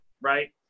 right